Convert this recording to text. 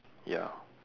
ya